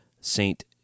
Saint